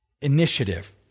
initiative